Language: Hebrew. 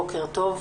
בוקר טוב,